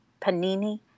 panini